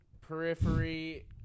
periphery